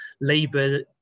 Labour